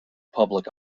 public